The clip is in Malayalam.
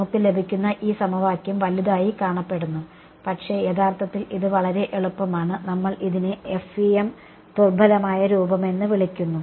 നമുക്ക് ലഭിക്കുന്ന ഈ സമവാക്യം വലുതായി കാണപ്പെടുന്നു പക്ഷേ യഥാർത്ഥത്തിൽ ഇത് വളരെ എളുപ്പമാണ് നമ്മൾ ഇതിനെ FEM ദുർബലമായ രൂപമെന്ന് വിളിക്കുന്നു